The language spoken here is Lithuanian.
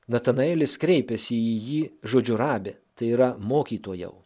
natanaelis kreipėsi į jį žodžiu rabi tai yra mokytojau